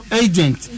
agent